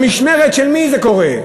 במשמרת של מי זה קורה?